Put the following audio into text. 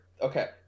okay